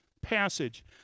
passage